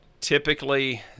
typically